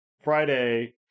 Friday